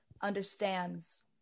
understands